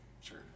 Sure